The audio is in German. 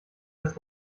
das